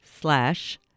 slash